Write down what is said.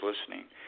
listening